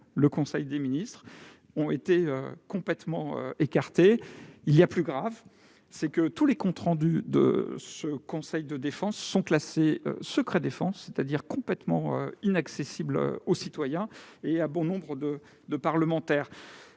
le conseil des ministres, ont été complètement écartés. Il y a plus grave : tous les comptes rendus de ce conseil de défense sont classés secret défense, c'est-à-dire sont complètement inaccessibles aux citoyens et à bon nombre de parlementaires.